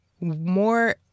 more